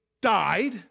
died